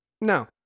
No